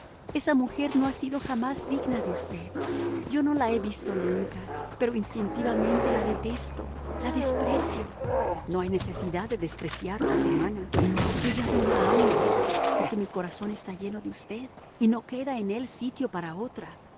esa mujer no ha sido jamás digna de usted yo no la he visto nunca pero instintivamente la detesto la desprecio no hay necesidad de despreciarla germana yo ya no la amo porque mi corazón está lleno de usted y no queda en él sitio para otra